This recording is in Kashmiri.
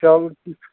چلو ٹھیک چھُ